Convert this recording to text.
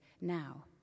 now